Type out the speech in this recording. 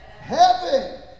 Heaven